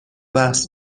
بحث